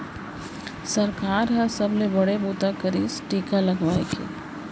सरकार ह सबले बड़े बूता करिस टीका लगवाए के